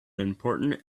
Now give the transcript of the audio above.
important